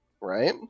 Right